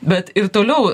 bet ir toliau